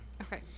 Okay